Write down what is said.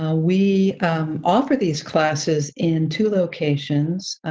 ah we offer these classes in two locations.